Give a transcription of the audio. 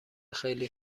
خیلی